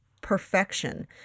perfection